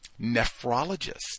nephrologist